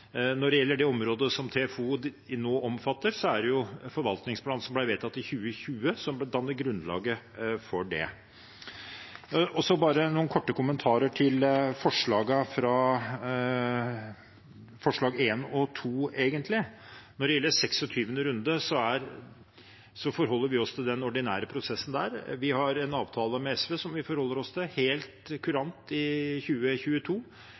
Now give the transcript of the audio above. Når det gjelder det området som TFO nå omfatter, er det forvaltningsplanen som ble vedtatt i 2020, som danner grunnlaget for det. Så bare noen korte kommentarer til forslagene nr. 1 og 2. Når det gjelder 26. runde, forholder vi oss til den ordinære prosessen der. Vi har en avtale med SV som vi forholder oss til, helt kurant i 2022,